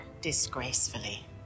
Disgracefully